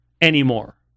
anymore